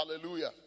Hallelujah